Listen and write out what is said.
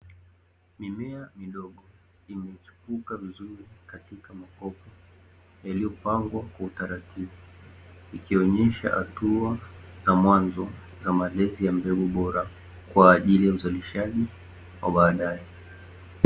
Mimea midogo imechipuka vizuri katika makopo yaliyopangwa kwa utaratibu, ikionyesha hatua za mwanzo za malezi ya mbegu bora, kwa ajili ya uzalishaji wa baadaye.